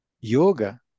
yoga